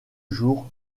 jour